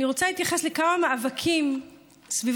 אני רוצה להתייחס לכמה מאבקים סביבתיים